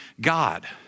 God